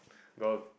got